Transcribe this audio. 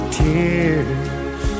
tears